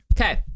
okay